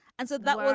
and so that was